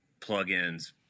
plugins